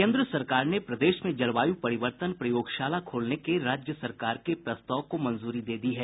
केन्द्र सरकार ने प्रदेश में जलवायु परिवर्तन प्रयोगशाला खोलने के राज्य सरकार के प्रस्ताव को मंजूरी दे दी है